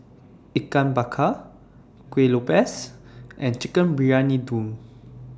Ikan Bakar Kueh Lopes and Chicken Briyani Dum